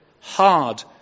hard